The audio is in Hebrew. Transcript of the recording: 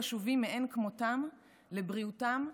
חשובים מאין כמותם לבריאותם,